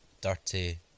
dirty